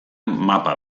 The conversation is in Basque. mapa